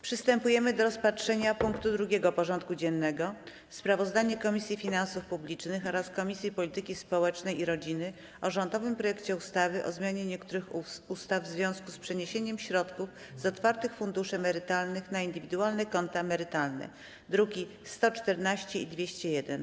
Przystępujemy do rozpatrzenia punktu 2. porządku dziennego: Sprawozdanie Komisji Finansów Publicznych oraz Komisji Polityki Społecznej i Rodziny o rządowym projekcie ustawy o zmianie niektórych ustaw w związku z przeniesieniem środków z otwartych funduszy emerytalnych na indywidualne konta emerytalne (druki nr 114 i 201)